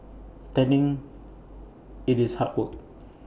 tending IT is hard work